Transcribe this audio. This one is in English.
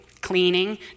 cleaning